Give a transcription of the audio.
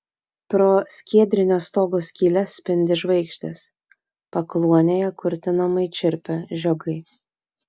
pro skiedrinio stogo skyles spindi žvaigždės pakluonėje kurtinamai čirpia žiogai